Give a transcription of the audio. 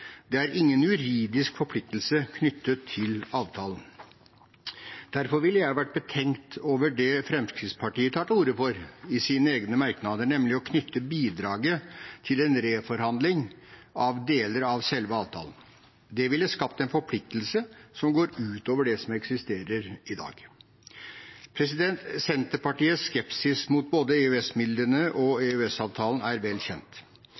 Det er ingen juridisk forpliktelse knyttet til avtalen. Derfor ville jeg vært betenkt over det Fremskrittspartiet tar til orde for i sine merknader, nemlig å knytte bidraget til en reforhandling av deler av selve avtalen. Det ville skapt en forpliktelse som går utover det som eksisterer i dag. Senterpartiets skepsis mot både EØS-midlene og EØS-avtalen er vel kjent.